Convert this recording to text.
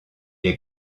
est